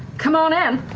come on in.